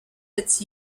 its